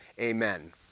amen